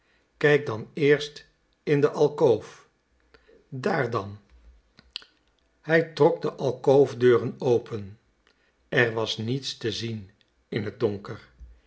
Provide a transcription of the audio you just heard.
kijk dan eerst in de alkoof daar dan hij trok de alkoofdeuren open er was niets te zien in het donker